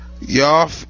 Y'all